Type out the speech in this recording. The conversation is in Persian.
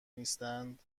نیستند